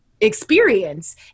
experience